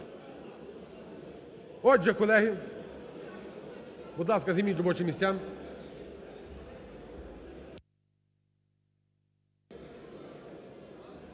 Отже, колеги, будь ласка, займіть робочі місця.